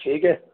ਠੀਕ ਹੈ